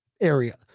area